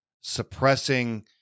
suppressing